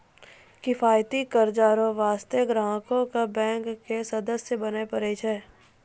किफायती कर्जा लै बास्ते ग्राहको क बैंक के सदस्य बने परै छै